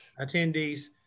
attendees